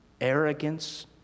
arrogance